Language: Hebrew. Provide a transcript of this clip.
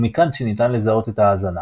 ומכאן שניתן לזהות את ההאזנה.